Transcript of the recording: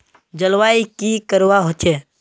जलवायु की करवा होचे?